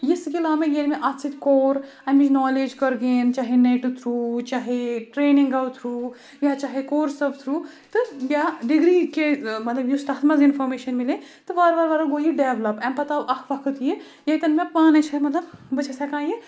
یہِ سِکِل آو مےٚ ییٚلہِ مےٚ اَتھ سۭتۍ کوٚر اَمِچ نالیج کٔر گین چاہے نؠٹہٕ تھرٛوٗ چاہے ٹرٛینِنگَو تھرٛوٗ یا چاہے کورسَو تھرٛوٗ تہٕ یا ڈِگری کے مَطلب یُس تَتھ منٛز اِنفامیشَن مِلے تہٕ وار وار وار وار گوٚو یہِ ڈؠولَپ اَمہِ پَتہٕ آو اَکھ وَقت یہِ یَتؠن مےٚ پانَے چھےٚ مَطلب بہٕ چھَس ہٮ۪کان یہِ